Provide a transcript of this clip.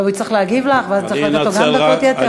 עכשיו הוא יצטרך להגיב לדברייך ואז צריך לתת גם לו דקות יתר,